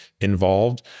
involved